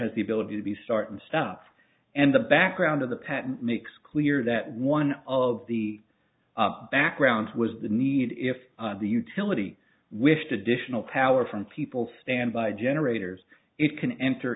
has the ability to be started stuff and the background of the patent makes clear that one of the background was the need if the utility wished additional power from people standby generators it can enter